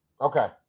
Okay